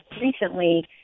recently